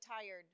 tired